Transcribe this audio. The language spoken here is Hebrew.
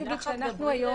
בבקשה.